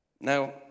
now